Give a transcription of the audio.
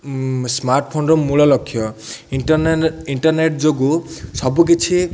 ସ୍ମାର୍ଟଫୋନ୍ର ମୂଳ ଲକ୍ଷ୍ୟ ଇଣ୍ଟର୍ନେଟ୍ ଯୋଗୁଁ ସବୁକିଛି